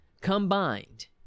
combined